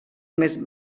més